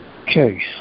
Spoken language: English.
Okay